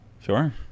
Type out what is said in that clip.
Sure